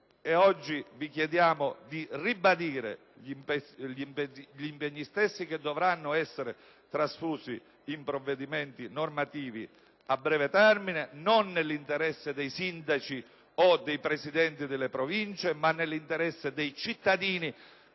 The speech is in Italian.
questi impegni e di ribadire gli impegni stessi, che dovranno essere trasfusi in provvedimenti normativi a breve termine, non nell'interesse dei sindaci o dei Presidenti delle Province, ma nell'interesse dei cittadini,